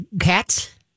cats